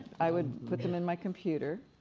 i would put them in my computer,